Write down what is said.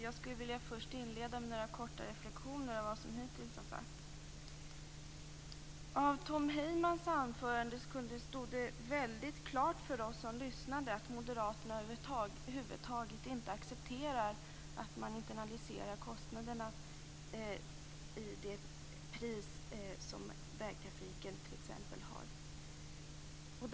Fru talman! Först några reflexioner kring vad som hittills har sagts. Genom Tom Heymans anförande stod det väldigt klart för oss som lyssnade att moderaterna över huvud taget inte accepterar att man internaliserar kostnaderna i det pris som t.ex. vägtrafiken har.